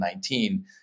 2019